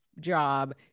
job